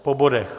Po bodech.